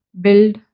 build